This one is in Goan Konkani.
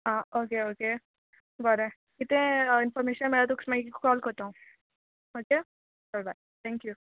आं ओके ओके बरें कितें इन्फॉमेशन मेळ तुक मागीर कॉल कोत्ता हांव ओके चल बाय थँक्यू